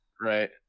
right